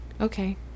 okay